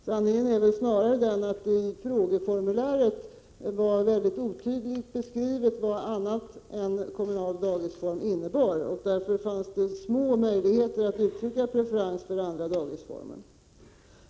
Sanningen är väl snarare den att det i frågeformuläret var väldigt otydligt beskrivet vad annat än kommunalt daghem innebar, och därför fanns det små möjligheter att uttrycka preferens för andra barnomsorgsformer.